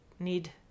need